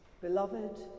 Beloved